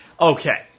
Okay